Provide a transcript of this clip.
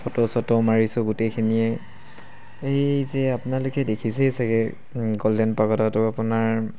photo চটো মাৰিছোঁ গোটেইখিনিয়ে এই যে আপোনালোকে দেখিছেই চাগে গ'ল্ডেন পাগোৰাটো আপোনাৰ